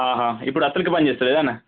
ఇప్పుడు అసలుకి పనిచేస్తలేదా అన్న